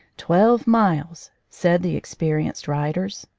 twelve miles! said the experienced riders.